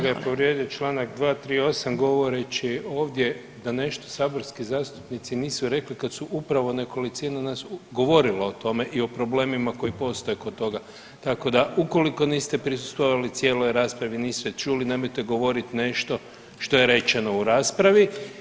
Kolega je povrijedio članak 238. govoreći ovdje da nešto saborski zastupnici nisu rekli kad su upravo nekolicina nas govorila o tome i o problemima koji postoje kod toga, tako da ukoliko niste prisustvovali cijeloj raspravi, niste čuli nemojte govoriti nešto što je rečeno u raspravi.